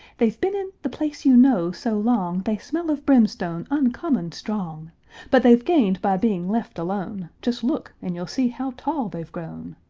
they've been in the place you know so long they smell of brimstone uncommon strong but they've gained by being left alone just look, and you'll see how tall they've grown.